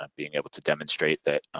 um being able to demonstrate that